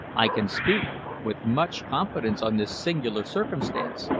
i can speak with much confidence on this singular circumstance,